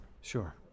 Sure